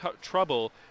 trouble